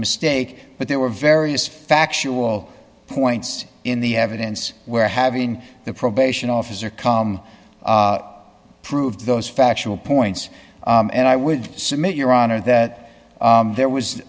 mistake but there were various factual points in the evidence where having the probation officer come prove those factual points and i would submit your honor that there was